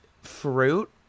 fruit